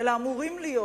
אלא אמורים להיות,